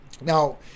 Now